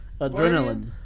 Adrenaline